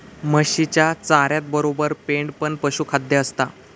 म्हशीच्या चाऱ्यातबरोबर पेंड पण पशुखाद्य असता